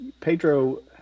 Pedro